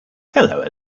hello